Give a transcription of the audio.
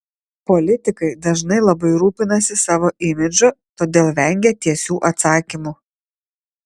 politikai dažnai labai rūpinasi savo imidžu todėl vengia tiesių atsakymų